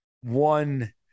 one